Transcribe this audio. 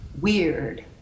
weird